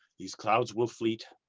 these clouds will fleet,